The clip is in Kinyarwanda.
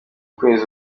kwezi